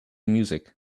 music